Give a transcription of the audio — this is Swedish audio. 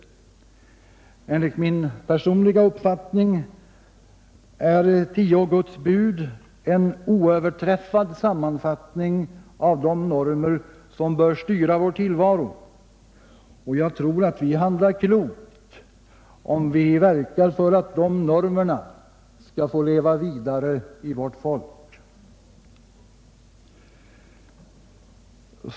Enligt min personliga uppfattning är Tio Guds bud en oöverträffad sammanfattning av de normer som bör styra vår tillvaro. Jag tror att vi handlar klokt om vi verkar för att de normerna skall få leva vidare i vårt folk.